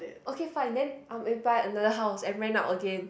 okay fine then I will apply another house and rent out again